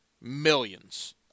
Millions